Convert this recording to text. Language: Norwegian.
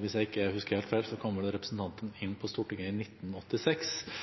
Hvis jeg ikke husker helt feil, kom representanten inn